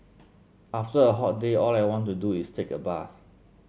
after a hot day all I want to do is take a bath